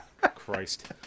Christ